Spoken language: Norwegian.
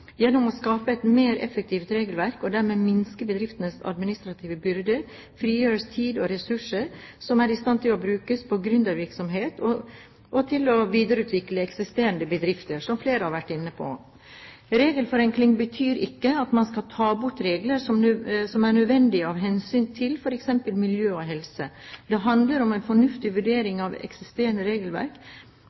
Gjennom å skape et mer effektivt regelverk, og dermed minske bedriftenes administrative byrder, frigjøres tid og ressurser som i stedet kan brukes på gründervirksomhet og til å videreutvikle eksisterende bedrifter, som flere har vært inne på. Regelforenkling betyr ikke at man skal ta bort regler som er nødvendige av hensyn til f.eks. miljø og helse. Det handler om en fornuftig vurdering av om eksisterende regelverk